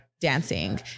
dancing